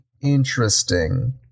interesting